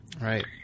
Right